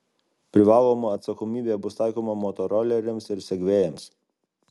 privaloma atsakomybė bus taikoma motoroleriams ir segvėjams